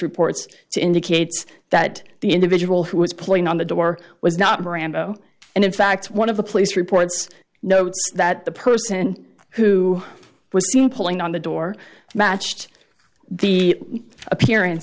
reports to indicates that the individual who was playing on the door was not rambo and in fact one of the police reports notes that the person who was pulling on the door matched the appearance